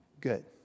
good